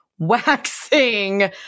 waxing